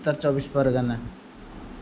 Uttar Chaubis Pargana